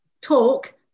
talk